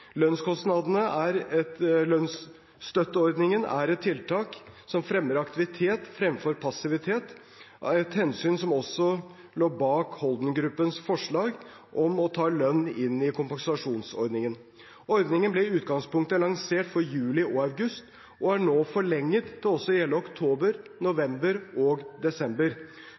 Lønnsstøtteordningen er et tiltak som fremmer aktivitet fremfor passivitet, et hensyn som også lå bak Holden-gruppens forslag om å ta lønn inn i kompensasjonsordningen. Ordningen ble i utgangspunktet lansert for juli og august og er nå forlenget til også å gjelde oktober, november og desember.